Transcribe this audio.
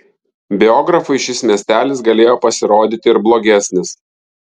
biografui šis miestelis galėjo pasirodyti ir blogesnis